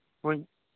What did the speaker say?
ꯍꯣꯏ